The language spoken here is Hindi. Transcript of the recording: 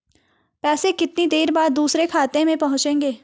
पैसे कितनी देर बाद दूसरे खाते में पहुंचेंगे?